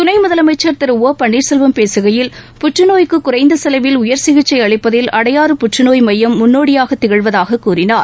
துணை முதலமைச்சர் திரு ஒபன்னீர்செல்வம் பேசுகையில் புற்றநோய்க்கு குறைந்த செலவில் உயர் சிகிச்சை அளிப்பதில் அடையாறு புற்றநோய் மையம் முன்னோடியாக திகழ்வதாக கூறினார்